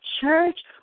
church